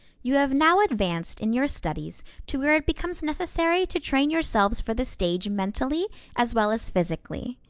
you have now advanced in your studies to where it becomes necessary to train yourselves for the stage mentally as well as physically.